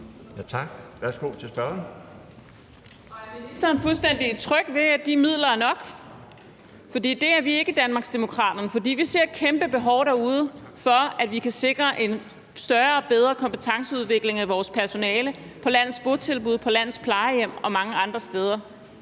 Tak. Værsgo til spørgeren.